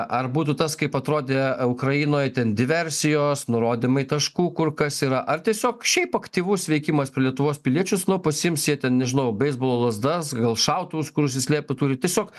ar būtų tas kaip atrodė ukrainoj ten diversijos nurodymai taškų kur kas yra ar tiesiog šiaip aktyvus veikimas prie lietuvos piliečius nu pasiims jie ten nežinau beisbolo lazdas gal šautuvus kur užsislėpę turi tiesiog